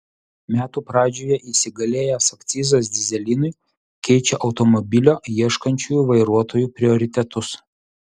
metų pradžioje įsigalėjęs akcizas dyzelinui keičia automobilio ieškančių vairuotojų prioritetus